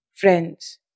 friends